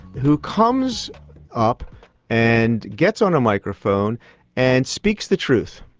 who comes up and gets on a microphone and speaks the truth.